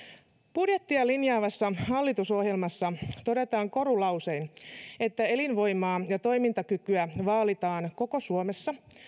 budjettia linjaavassa hallitusohjelmassa todetaan korulausein että elinvoimaa ja toimintakykyä vaalitaan koko suomessa